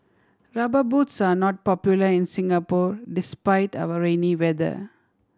Rubber Boots are not popular in Singapore despite our rainy weather